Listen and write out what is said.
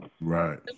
Right